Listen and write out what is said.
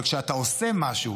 אבל כשאתה עושה משהו,